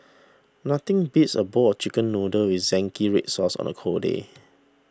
nothing beats a bowl of Chicken Noodles with Zingy Red Sauce on a cold day